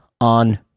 on